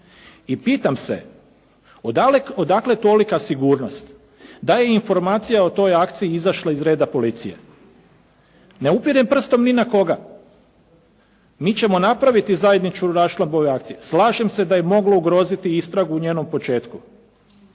I pitam se odakle tolika sigurnost da je informacija o toj akciji izašla iz reda policije? Ne upirem prstom ni na koga. Mi ćemo napraviti zajedničku raščlambu ove akcije. Slažem se da je moglo ugroziti istragu u njenom početku.